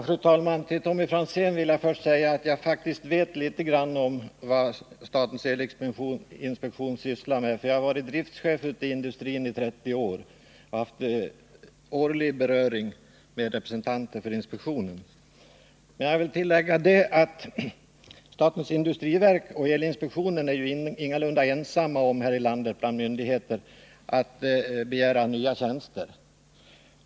Fru talman! Först vill jag säga till Tommy Franzén att jag faktiskt vet litet grand om vad statens elektriska inspektion sysslar med, eftersom jag har varit driftchef i industrin i 30 år och årligen haft förbindelse med representanter för inspektionen. Jag vill emellertid tillägga att statens industriverk och elinspektionen ingalunda är ensamma bland myndigheter här i landet om att begära nya tjänster.